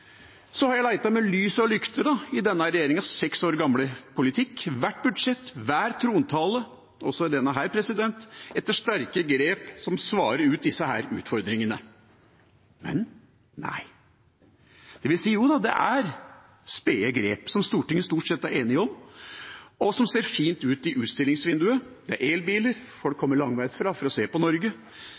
så alvorlige at de har fått sitt eget panel under FNs flagg. Jeg har lett med lys og lykte i denne regjeringas seks år gamle politikk – i hvert budsjett, i hver trontale, også i denne – etter sterke grep som svarer på disse utfordringene, men nei. Eller joda, det er noen spede grep som Stortinget stort sett er enige om, og som ser fine ut i utstillingsvinduet. Det er elbiler – folk kommer langveis fra for